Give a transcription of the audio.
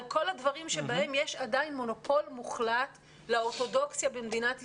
על כל הדברים שבהם יש עדיין מונופול מוחלט לאורתודוכסיה במדינת ישראל,